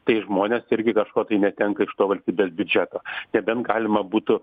tai žmonės irgi kažko tai netenka iš to valstybės biudžeto nebent galima būtų